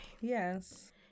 Yes